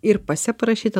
ir pase parašyta